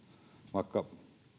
vaikka myöhemmin